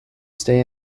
stay